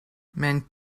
mijn